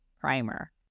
primer